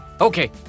Okay